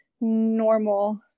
normal